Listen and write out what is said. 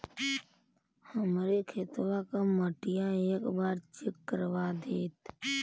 हमरे खेतवा क मटीया एक बार चेक करवा देत?